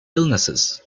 illnesses